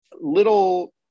little